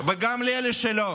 וגם לאלה שלא,